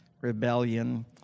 rebellion